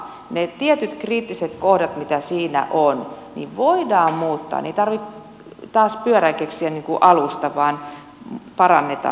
ne tietyt kriittiset kohdat mitä siinä on voidaan muuttaa niin ettei tarvitse pyörää keksiä taas alusta vaan parannetaan